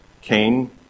Cain